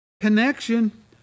Connection